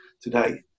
today